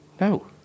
No